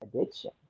addiction